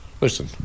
Listen